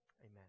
Amen